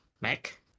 Mac